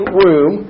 room